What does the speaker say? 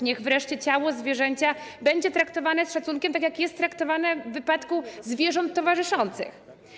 Niech wreszcie ciało zwierzęcia będzie traktowane z szacunkiem, tak jak jest traktowane w wypadku zwierząt towarzyszących.